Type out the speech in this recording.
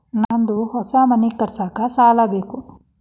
ನಂದು ಹೊಸ ಮನಿ ಕಟ್ಸಾಕ್ ಸಾಲ ಬೇಕು